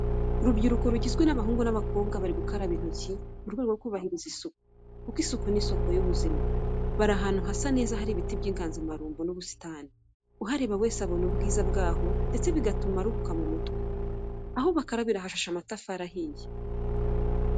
Urubyuruko rugizwe n'abahungu n'abakobwa bari gukaraba intoki mu rwego rwo kubahiriza isuku kuko isuku ni isoko y'ubuzima. Bari ahantu hasa neza hari ibiti by'inganzamarumbo n'ubusitani. Uhareba wese abona ubwiza bwaho ndetse bigatuma aruhuka no mu mutwe, aho bakarabira hashashe amatafari ahiye.